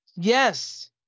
Yes